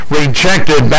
rejected